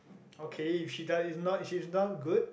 okay if she does if she's not good